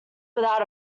without